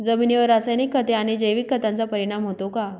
जमिनीवर रासायनिक खते आणि जैविक खतांचा परिणाम होतो का?